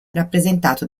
rappresentato